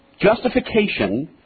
Justification